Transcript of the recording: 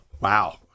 Wow